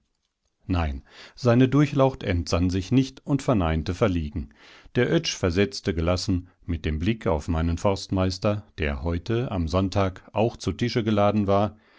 nein seine durchlaucht entsann sich nicht und verneinte verlegen der oetsch versetzte gelassen mit dem blick auf meinen forstmeister der heute am sonntag auch zu tische geladen war